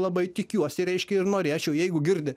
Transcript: labai tikiuosi reiškia ir norėčiau jeigu girdi